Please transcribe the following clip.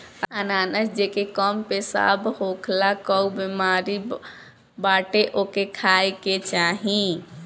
अनानास जेके कम पेशाब होखला कअ बेमारी बाटे ओके खाए के चाही